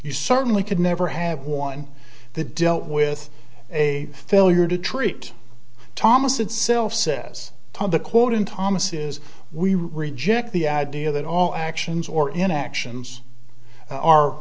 you certainly could never have won the dealt with a failure to treat thomas itself says tom the quote in thomas is we reject the idea that all actions or inactions are